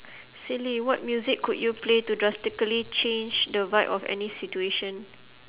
silly what music could you play to drastically change the vibe of any situation